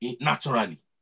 naturally